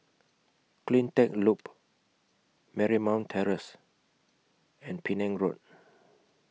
CleanTech Loop Marymount Terrace and Penang Road